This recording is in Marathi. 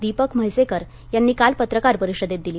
दीपक म्हैसेकर यांनी काल पत्रकार परिषदेत दिली